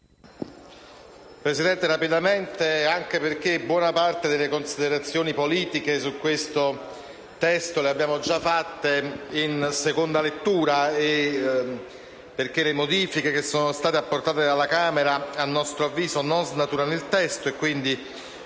Presidente, intervengo brevemente, anche perché buona parte delle considerazioni politiche su questo testo le abbiamo già fatte in seconda lettura e perché le modifiche che sono state apportate dalla Camera a nostro avviso non snaturano il testo e quindi